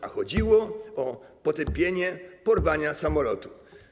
A chodziło o potępienie porwania samolotu.